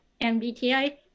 MBTI